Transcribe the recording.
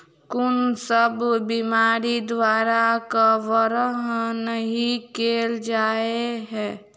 कुन सब बीमारि द्वारा कवर नहि केल जाय है?